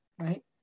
right